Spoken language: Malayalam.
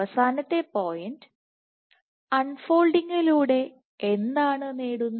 അവസാനത്തെപോയിൻറ് അൺ ഫോൾഡിങ്ങിലൂടെ എന്താണ് നേടുന്നത്